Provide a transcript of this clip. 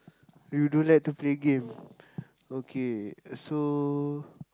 you don't like to play game okay so